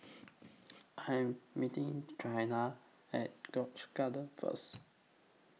I'm meeting Trina At Grange Garden First